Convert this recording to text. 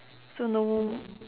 so no